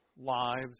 lives